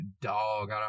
dog